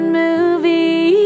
movie